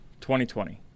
2020